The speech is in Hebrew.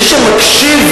מי שמקשיב,